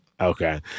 okay